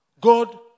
God